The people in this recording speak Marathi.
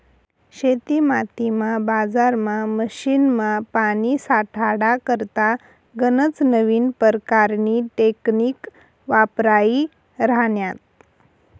शेतीमातीमा, बजारमा, मशीनमा, पानी साठाडा करता गनज नवीन परकारनी टेकनीक वापरायी राह्यन्यात